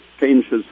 changes